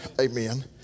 Amen